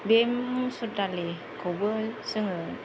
बे मुसुर दालिखौबो जोङो